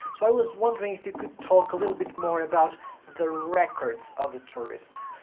so i was wondering if you could talk a little bit more about the records of the tourists.